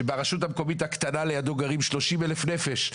שברשות המקומית הקטנה לידה גרים שלושים אלף נפש,